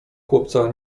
chłopca